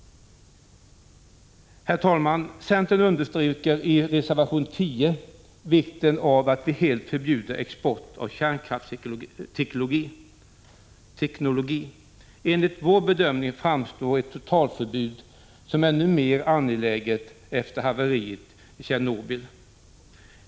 Herr talman! Centern understryker i reservation 10 vikten av att vi helt förbjuder export av kärnkraftsteknologi. Enligt vår bedömning framstår ett totalförbud som än mer angeläget efter haveriet i Tjernobyl.